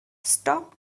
stop